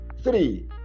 Three